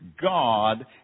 God